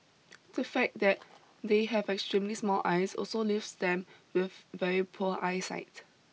the fact that they have extremely small eyes also leaves them with very poor eyesight